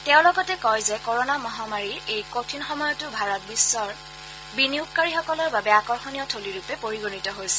তেওঁ লগতে কয় যে কৰণা মহামাৰীৰ এই কঠিন সময়তো ভাৰত বিশ্বৰ বিনিয়োগকাৰীসকলৰ বাবে আকৰ্ষণীয় থলীৰূপে পৰিগণিত হৈছে